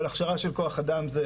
אבל הכשרה של כוח אדם זה